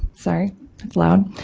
sorry, that's loud.